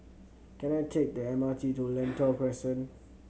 can I take the M R T to Lentor Crescent